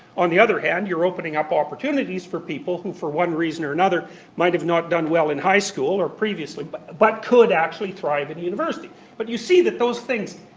on the other hand you're opening up opportunities for people who for one reason or another might have not done well in high school or previously but could actually thrive in university. but you see that those things,